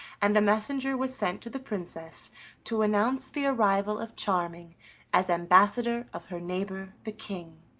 and a messenger was sent to the princess to announce the arrival of charming as ambassador of her neighbor the king.